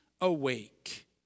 awake